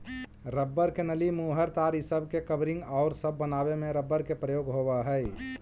rubber के नली, मुहर, तार इ सब के कवरिंग औउर सब बनावे में रबर के प्रयोग होवऽ हई